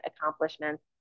accomplishments